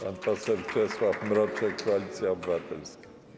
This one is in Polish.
Pan poseł Czesław Mroczek, Koalicja Obywatelska.